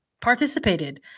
participated –